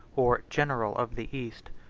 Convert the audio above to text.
or general of the east.